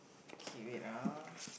okay wait ah